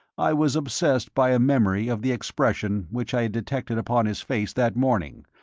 i was obsessed by a memory of the expression which i had detected upon his face that morning,